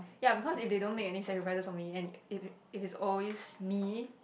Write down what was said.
ya because if they don't make any sacrifices for me and if it if it's always me